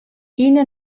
ina